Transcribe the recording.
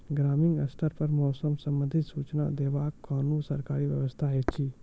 ग्रामीण स्तर पर मौसम संबंधित सूचना देवाक कुनू सरकारी व्यवस्था ऐछि?